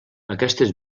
aquestes